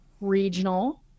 regional